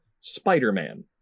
Spider-Man